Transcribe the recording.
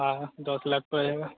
हाँ दस लाख पड़ जाएगा